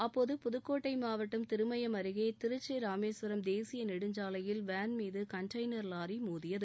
அப்போது புதுக்கோட்டை மாவட்ட திருமயம் அருகே திருக்சி ராமேஸ்வரம் தேசிய நெடுஞ்சாலையில் வேன் மீது கண்டெய்னர் வாரி மோதியது